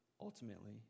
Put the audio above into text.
ultimately